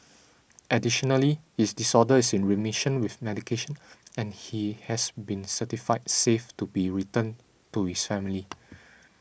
additionally his disorder is in remission with medication and he has been certified safe to be returned to his family